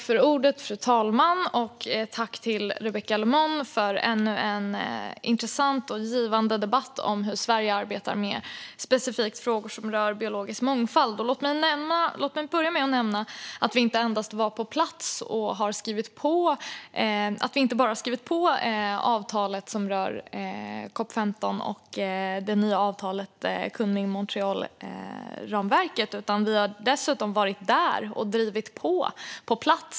Fru talman! Tack till Rebecka Le Moine för ännu en intressant och givande debatt om hur Sverige arbetar med frågor som rör specifikt biologisk mångfald! Låt mig börja med att nämna att vi inte bara har skrivit på avtalet som rör COP 15 och det nya Kunming-Montrealramverket, utan vi var dessutom där på plats och drev på.